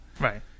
Right